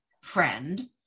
friend